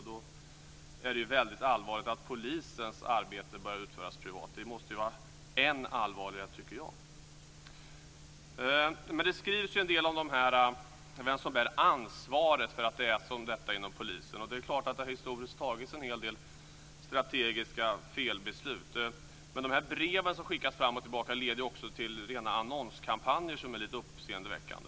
Då är det väldigt allvarligt att polisens arbete börjar utföras privat. Det måste vara än allvarligare tycker jag. Det skrivs ju en del om vem som bär ansvaret för att det är som det är inom polisen. Det är klart att det historiskt har fattats en del strategiska felbeslut. Men de här breven som skickas fram och tillbaka leder ju också till rena annonskampanjer som är lite uppseendeväckande.